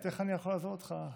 איך אני יכול לעזוב אותך?